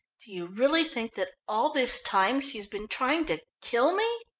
do you really think that all this time she has been trying to kill me?